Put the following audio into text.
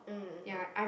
mm mm mm